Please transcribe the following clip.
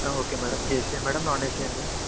okay madam AC యా madam non AC అండి